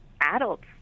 adults